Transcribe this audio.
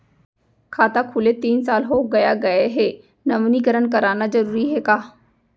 खाता खुले तीन साल हो गया गये हे नवीनीकरण कराना जरूरी हे का?